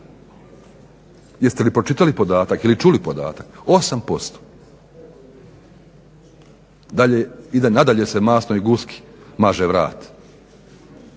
Jeste li pročitali podatak ili čuli podatak? 8%. I nadalje se masnoj guski maže vrat.